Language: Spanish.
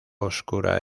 oscura